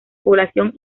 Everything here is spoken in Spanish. población